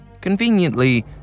Conveniently